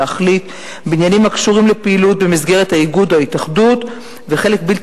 להחליט בעניינים הקשורים לפעילות במסגרת האיגוד או ההתאחדות וחלק בלתי